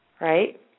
Right